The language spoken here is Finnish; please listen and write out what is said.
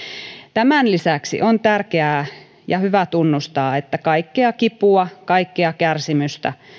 tämän lisäksi on tärkeää ja hyvä tunnustaa että kaikkea kipua kaikkea kärsimystä